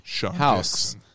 house